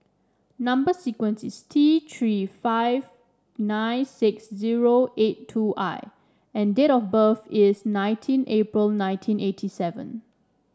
number sequence is T Three five nine six zero eight two I and date of birth is nineteen April nineteen eighty seven